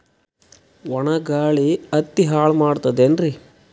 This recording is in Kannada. ಒಣಾ ಗಾಳಿ ಹತ್ತಿ ಹಾಳ ಮಾಡತದೇನ್ರಿ?